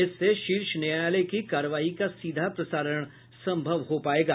इससे शीर्ष न्यायालय की कार्यवाही का सीधा प्रसारण संभव हो पायेगा